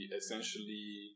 essentially